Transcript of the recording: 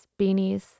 beanies